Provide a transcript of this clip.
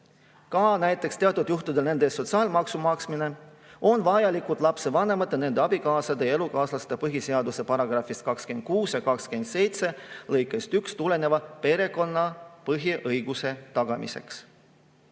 ka näiteks teatud juhtudel nende eest sotsiaalmaksu maksmine, on vajalikud lapse vanemate, nende abikaasade ja elukaaslaste põhiseaduse § 26 ja § 27 lõikest 1 tuleneva perekonna põhiõiguse tagamiseks.